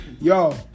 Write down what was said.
yo